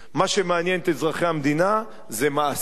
מה שמעניין את אזרחי המדינה זה מעשים,